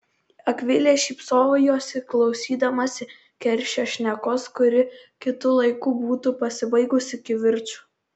akvilė šypsojosi klausydamasi keršio šnekos kuri kitu laiku būtų pasibaigusi kivirču